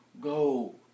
Go